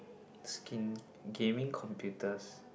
asking gaming computers